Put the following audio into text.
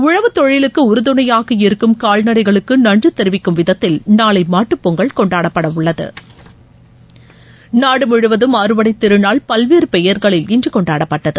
உழவுத் தொழிலுக்கு உறுதுணையாக இருக்கும் கால்நடைகளுக்கு நன்றி தெரிவிக்கும் விதத்தில் நாளை மாட்டுப் பொங்கல் கொண்டாடப்படவுள்ளது நாடு முழுவதும் அறுவடைத் திருநாள் பல்வேறு பெயர்களில் இன்று கொண்டாடப்பட்டது